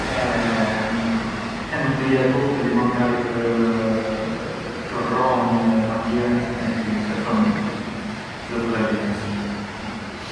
e… e mënd më jet utili makari të rronj atje e gjithë e pran zë fill e jec.